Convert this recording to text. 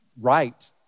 right